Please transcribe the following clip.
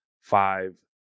five